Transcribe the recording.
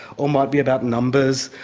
or might be about numbers,